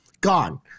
gone